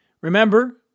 Remember